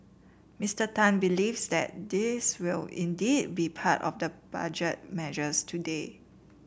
Mister Tan believes that these will indeed be part of the Budget measures today